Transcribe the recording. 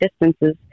distances